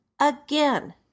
Again